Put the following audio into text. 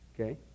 Okay